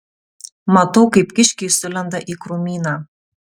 matau kaip kiškiai sulenda į krūmyną